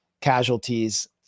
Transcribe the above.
casualties